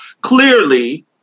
clearly